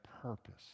Purpose